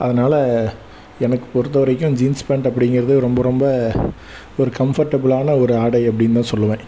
அதனால் எனக்கு பொறுத்தவரைக்கும் ஜீன்ஸ் பேண்ட் அப்படிங்கிறது ரொம்ப ரொம்ப ஒரு கம்போர்டபிளான ஒரு ஆடை அப்டின்னு தான் சொல்வேன்